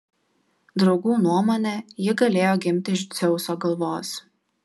draugų nuomone ji galėjo gimti iš dzeuso galvos